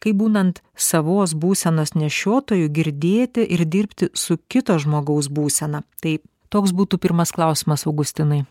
kaip būnant savos būsenos nešiotoju girdėti ir dirbti su kito žmogaus būsena tai toks būtų pirmas klausimas augustinai